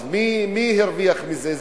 אז מי הרוויח מזה?